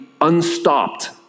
unstopped